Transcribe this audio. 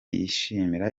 yishimira